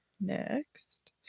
next